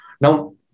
Now